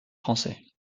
français